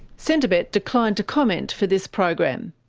centrebet declined to comment for this program.